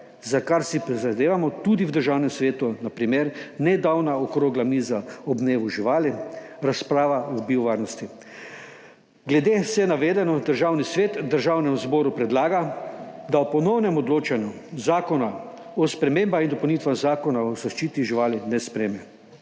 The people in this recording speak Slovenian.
za kar si prizadevamo tudi v Državnem svetu. Na primer: nedavna okrogla miza ob dnevu živali, razprava o biovarnosti. Glede na vse navedeno Državni svet Državnemu zboru predlaga, da ob ponovnem odločanju zakona o spremembah in dopolnitvah Zakona o zaščiti živali ne sprejme.